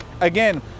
again